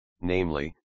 namely